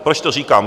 Proč to říkám?